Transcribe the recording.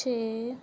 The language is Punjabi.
ਛੇ